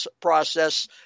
process